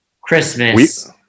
Christmas